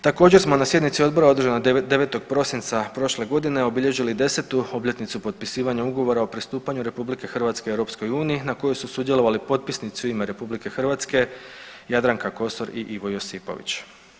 Također smo na sjednici odbora održanog 9. prosinca prošle godine obilježili 10. obljetnicu potpisivanja ugovora o pristupanju RH EU na kojoj su sudjelovali potpisnici u ime RH Jadranka Kosor i Ivo Josipović.